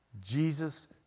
Jesus